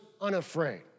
unafraid